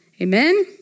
Amen